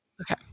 Okay